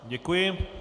Děkuji.